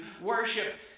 worship